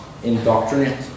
Indoctrinate